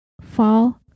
Fall